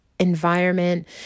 environment